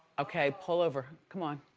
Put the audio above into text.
okay pull over, come on,